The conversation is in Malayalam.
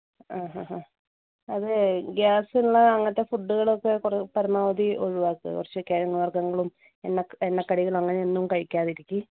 ആ ഹാ ഹാ അത് ഗ്യാസ് ഉള്ള അങ്ങനെത്തെ ഫുഡ്കളൊക്കെ കുറേ പരമാവധി ഒഴിവാക്കുക കുറച്ച് കിഴങ്ങ് വർഗങ്ങളും എണ്ണ എണ്ണക്കടികള് അങ്ങനെയൊന്നും കഴിക്കാതിരിക്കൂ